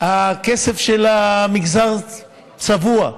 הכסף של המגזר צבוע.